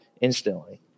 instantly